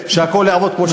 שהכול יעבוד כמו שצריך,